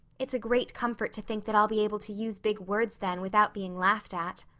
it's a great comfort to think that i'll be able to use big words then without being laughed at.